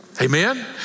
Amen